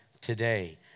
today